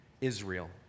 Israel